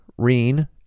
Reen